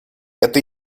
это